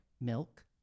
milk